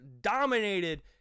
dominated